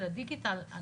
של הדיגיטל,